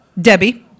Debbie